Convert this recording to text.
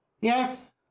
Yes